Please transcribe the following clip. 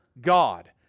God